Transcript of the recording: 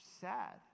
sad